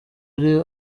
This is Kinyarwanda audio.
ari